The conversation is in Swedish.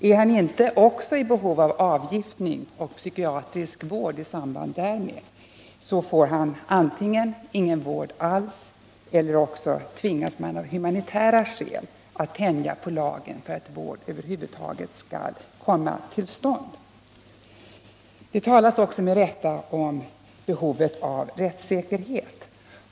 Är han inte också i behov av avgiftning och psykiatrisk vård i samband därmed, så får han ingen vård alls eller också tvingas man av humanitära skäl att tänja på lagen för att vård över huvud taget skall komma till stånd. Det talas med rätta om behovet av rättssäkerhet.